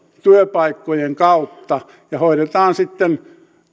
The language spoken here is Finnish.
työpaikkojen kautta ja hoidetaan sitten